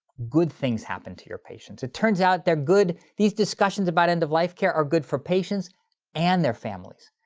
good things happen to your patients. it turns out their good, these discussions about end of life care are good for patients and their families.